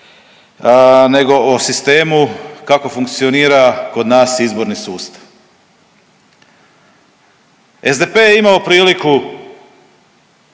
nego o sistemu kako funkcionira kod nas izborni sustav. SDP je imao priliku